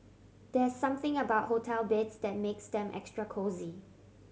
there's something about hotel beds that makes them extra cosy